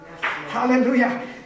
Hallelujah